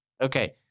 okay